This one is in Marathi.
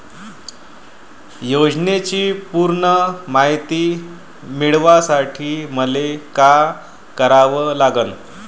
योजनेची पूर्ण मायती मिळवासाठी मले का करावं लागन?